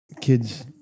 kids